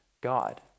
God